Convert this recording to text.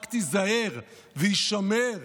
רק תיזהר והישמר